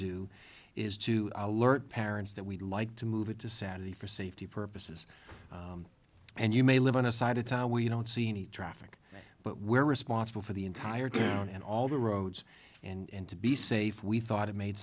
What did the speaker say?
do is to alert parents that we'd like to move it to saturday for safety purposes and you may live on a side of town where you don't see any traffic but we're responsible for the entire town and all the roads and to be safe we thought it made